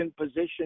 position